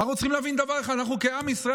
ואנחנו צריכים להבין דבר אחד: אנחנו כעם ישראל